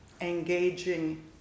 engaging